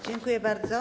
Dziękuję bardzo.